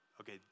Okay